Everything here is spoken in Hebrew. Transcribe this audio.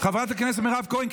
חברת הכנסת מירב כהן,